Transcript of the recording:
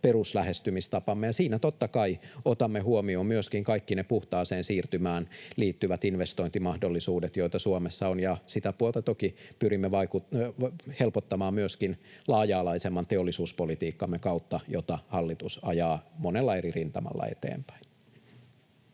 peruslähestymistapamme, ja siinä totta kai otamme huomioon myöskin kaikki ne puhtaaseen siirtymään liittyvät investointimahdollisuudet, joita Suomessa on, ja sitä puolta toki pyrimme helpottamaan myöskin laaja-alaisemman teollisuuspolitiikkamme kautta, jota hallitus ajaa monella eri rintamalla eteenpäin.